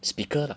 speaker lah